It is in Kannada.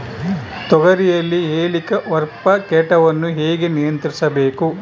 ತೋಗರಿಯಲ್ಲಿ ಹೇಲಿಕವರ್ಪ ಕೇಟವನ್ನು ಹೇಗೆ ನಿಯಂತ್ರಿಸಬೇಕು?